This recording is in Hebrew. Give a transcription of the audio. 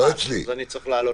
בבקשה.